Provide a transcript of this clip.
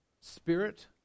spirit